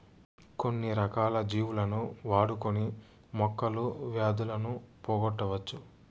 కొన్ని రకాల జీవులను వాడుకొని మొక్కలు వ్యాధులను పోగొట్టవచ్చు